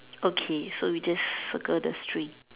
okay so we just circle the string